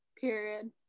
Period